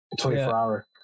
24-hour